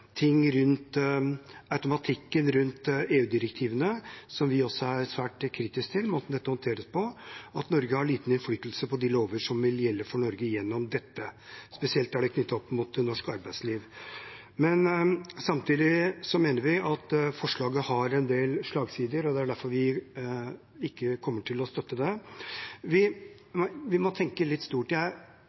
automatikken rundt EU-direktivene og måten dette håndteres på, som vi også er svært kritiske til, og at Norge har liten innflytelse på de lovene som vil gjelde for Norge gjennom dette. Det er spesielt knyttet til norsk arbeidsliv. Samtidig mener vi forslaget har en del slagsider, og det er derfor vi ikke kommer til å støtte det. Vi må tenke litt stort.